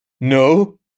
No